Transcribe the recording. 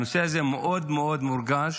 הנושא הזה מאוד מאוד מורגש